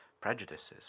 prejudices